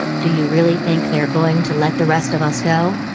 do you really think they're going to let the rest of us go?